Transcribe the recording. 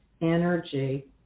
energy